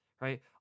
right